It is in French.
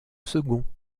second